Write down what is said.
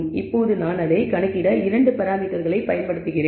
இப்போது நான் அதை கணக்கிட இரண்டு பராமீட்டர்களை பயன்படுத்துகிறேன்